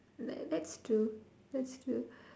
that that's true that's true